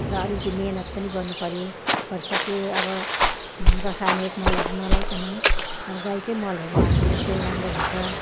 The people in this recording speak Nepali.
र अलिकति मिहिनेत पनि गर्नुपऱ्यो भरसक अब रसायनिक मलहरू नलगाइकन अब गाईकै मलहरू लगाएको चाहिँ राम्रो हुन्छ